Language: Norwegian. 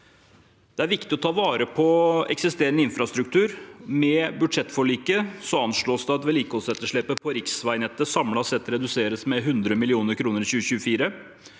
Det er viktig å ta vare på eksisterende infrastruktur. Med budsjettforliket anslås det at vedlikeholdsetterslepet på riksveinettet samlet sett reduseres med 100 mill. kr i 2024.